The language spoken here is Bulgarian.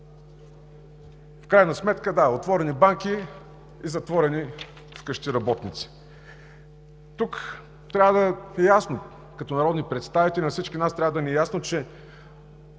В крайна сметка – да, отворени банки и затворени вкъщи работници. Като народни представители на всички нас трябва да ни е ясно, че